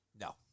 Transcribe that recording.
No